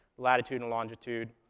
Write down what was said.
latitude, and longitude.